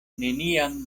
neniam